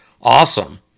awesome